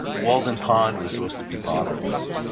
walden pond was supposed to be bottomless.